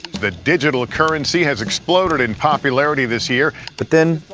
the digital currency has exploded in popularity this year. but then,